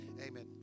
amen